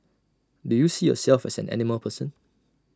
do you see yourself as an animal person